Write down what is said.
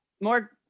more